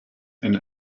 and